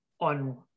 on